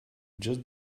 just